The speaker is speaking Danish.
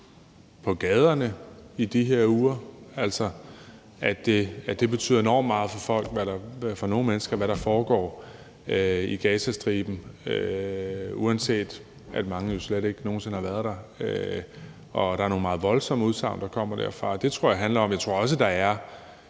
på gaderne i de her uger, altså at det betyder enormt meget for folk, i hvert fald for nogle mennesker, hvad der foregår i Gazastriben, uanset at mange jo slet ikke har været der, og der kommer nogle meget voldsomme udsagn derfra. Det tror jeg det handler om. Jeg tror også, der er